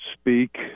speak